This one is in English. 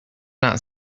not